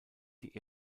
die